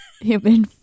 Human